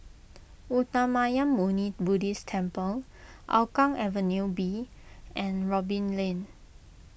Uttamayanmuni Buddhist Temple Hougang Avenue B and Robin Lane